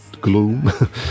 gloom